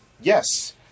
Yes